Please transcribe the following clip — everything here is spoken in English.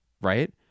Right